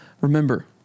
remember